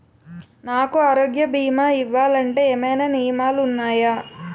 నాకు ఆరోగ్య భీమా ఇవ్వాలంటే ఏమైనా నియమాలు వున్నాయా?